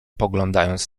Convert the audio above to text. poglądając